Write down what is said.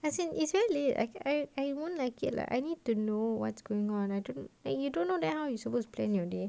as in it's very late I I won't like it lah I need to know what's going on I don't like you don't know then how you supposed to plan your day